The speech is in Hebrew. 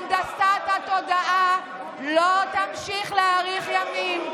הנדסת התודעה לא תימשך, לא תאריך ימים.